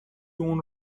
اون